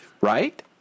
right